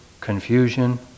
confusion